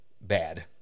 bad